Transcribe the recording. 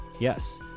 Yes